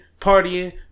partying